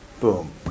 Boom